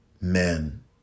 men